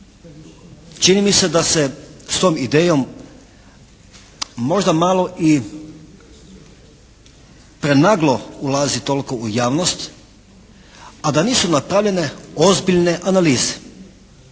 Čini mi se da se s tom idejom možda malo i prenaglo ulazi toliko u javnost, a da nisu napravljene ozbiljne analize.